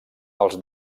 els